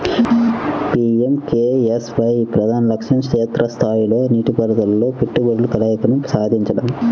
PMKSY ప్రధాన లక్ష్యం క్షేత్ర స్థాయిలో నీటిపారుదలలో పెట్టుబడుల కలయికను సాధించడం